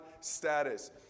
status